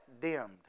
dimmed